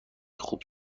خوب